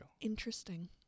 Interesting